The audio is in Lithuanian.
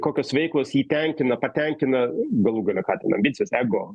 kokios veiklos jį tenkina patenkina galų gale ką ten ambicijos ego